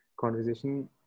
conversation